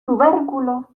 tubérculo